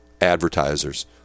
advertisers